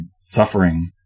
suffering